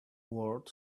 word